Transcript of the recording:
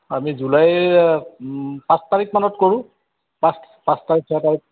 আমি জুলাইৰ পাঁচ তাৰিখ মানত কৰোঁ পাঁচ পাঁচ তাৰিখ ছয় তাৰিখ